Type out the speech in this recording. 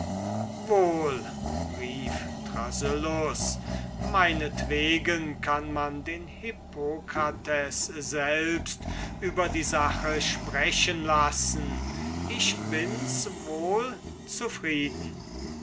wohl rief thrasyllus meinetwegen kann man den hippokrates selbst über die sache sprechen lassen ich bins wohl zufrieden